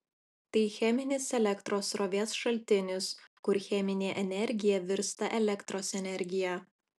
tai cheminis elektros srovės šaltinis kur cheminė energija virsta elektros energija